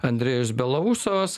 andrejus belousovas